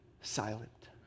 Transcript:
silent